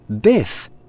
Biff